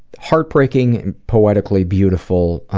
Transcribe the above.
heart-breaking poetically beautiful